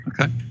Okay